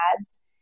ads